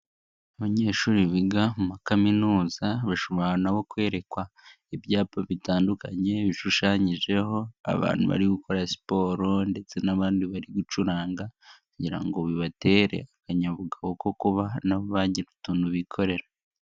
Abanyeshuri biga mu makaminuza bashobora nabo kwerekwa ibyapa bitandukanye, bishushanyijeho abantu bari gukora siporo ndetse n'abandi bari gucuranga kugira ngo bibatere akanyabugabo ko kuba bagira utuntu bikorera.